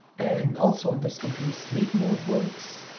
and also on this computer sleep mode works,